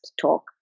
talk